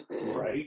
Right